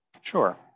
Sure